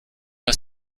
aus